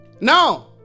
No